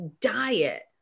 diet